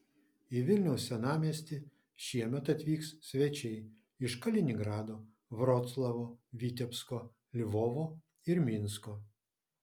į vilniaus senamiestį šiemet atvyks svečiai iš kaliningrado vroclavo vitebsko lvovo ir minsko